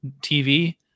TV